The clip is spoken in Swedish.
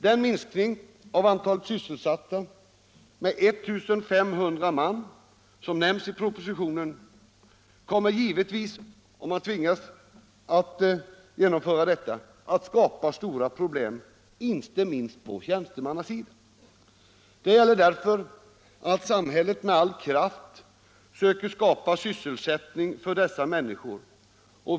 Den minskning av antalet sysselsatta med 1 500 man som nämns i propositionen kommer givetvis att skapa stora problem, inte minst på tjänstemannasidan. Det gäller därför att samhället med all kraft söker skapa sysselsättning för dessa människor.